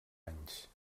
anys